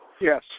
Yes